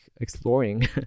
exploring